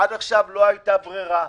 עד עכשיו לא הייתה ברירה: